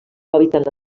hàbitat